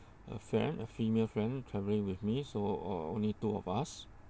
a friend a female friend traveling with me so uh only two of us